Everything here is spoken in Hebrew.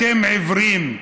אתם עיוורים.